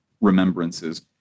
remembrances